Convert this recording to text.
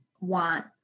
want